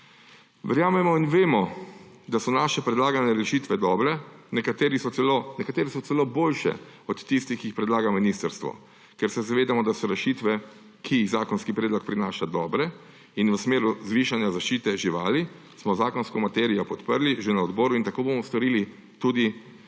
Verjamemo in vemo, da so naše predlagane rešitve dobre, nekatere so celo boljše od tistih, ki jih predlaga ministrstvo. Ker se zavedamo, da so rešitve, ki jih zakonski predlog prinaša, dobre in v smeri zvišanja zaščite živali, smo zakonsko materijo podprli že na odboru in tako bomo storili tudi